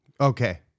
Okay